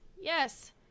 Yes